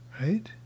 right